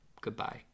Goodbye